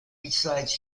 besides